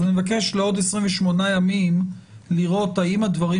אז אני מבקש לעוד 28 ימים לראות האם הדברים